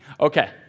Okay